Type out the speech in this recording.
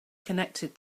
connected